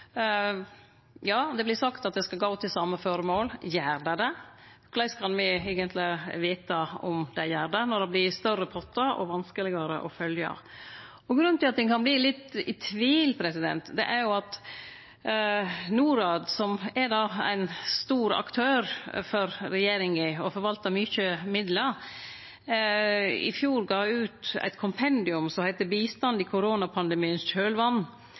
Ja, det blir sagt at det skal gå til same føremål. Gjer det det? Korleis kan vi eigentleg vite om det gjer det, når det blir større pottar og vanskelegare å følgje? Grunnen til at ein kan bli litt i tvil, er at Norad, som er ein stor aktør for regjeringa, og som forvaltar mykje midlar, i fjor gav ut eit kompendium som heiter «Bistand i